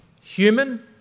human